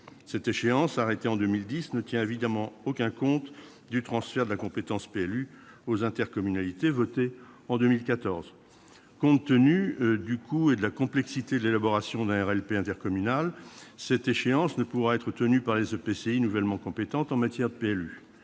Cette échéance, arrêtée en 2010, ne tient évidemment aucun compte du transfert de la compétence relative au PLU aux intercommunalités, transfert qui a été voté en 2014. Compte tenu du coût et de la complexité de l'élaboration d'un RLP intercommunal, cette échéance ne pourra être tenue par les EPCI nouvellement compétents en matière de PLU.